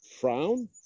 frown